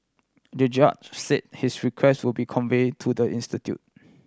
the judge said his request would be convey to the institute